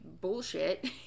bullshit